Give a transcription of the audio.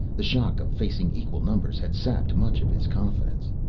the shock of facing equal numbers had sapped much of his confidence.